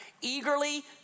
Eagerly